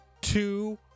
two